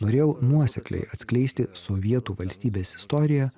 norėjau nuosekliai atskleisti sovietų valstybės istoriją